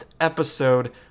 episode